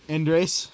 Andres